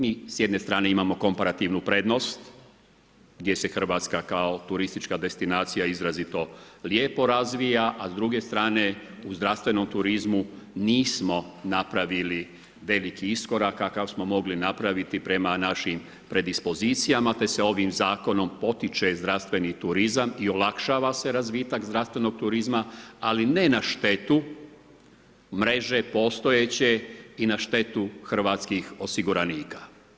Mi s jedne strane imamo komparativnu prednost gdje se Hrvatska kao turistička destinacija izrazito lijepo razvija a s druge strane u zdravstvenom turizmu nismo napravili veliki iskorak kakav smo mogli napraviti prema našim predispozicijama te se ovim zakonom potiče zdravstveni turizam i olakšava se razvitak zdravstvenog turizma ali ne na štetu mreže postojeće i na štetu hrvatskih osiguranika.